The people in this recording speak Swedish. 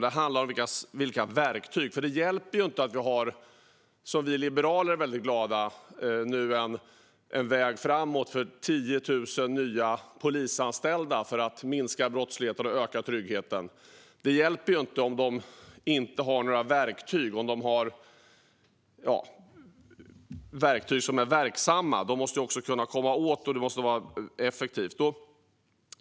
Det handlar om vilka verktyg vi har. Det hjälper inte att vi, vilket vi liberaler är väldigt glada över, nu har en väg framåt mot 10 000 nya polisanställda för att minska brottsligheten och öka tryggheten om de inte har några verksamma verktyg. De måste kunna komma åt verktygen, och det måste vara effektivt.